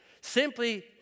Simply